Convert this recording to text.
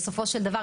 בסופו של דבר,